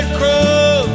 crow